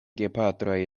gepatroj